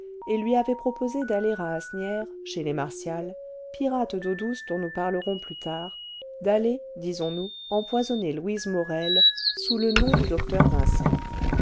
et lui avait proposé d'aller à asnières chez les martial pirates d'eau douce dont nous parlerons plus tard d'aller disons-nous empoisonner louise morel sous le nom du dr vincent